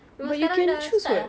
memang sekarang dah start dah